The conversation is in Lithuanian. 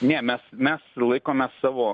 ne mes mes laikomės savo